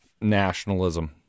nationalism